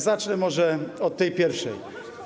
Zacznę może od tej pierwszej.